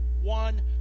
one